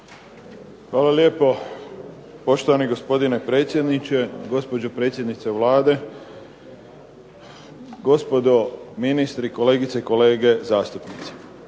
Hvala lijepo poštovani gospodine predsjedniče, gospođo predsjednice Vlade, gospodo ministri, kolegice i kolege zastupnici.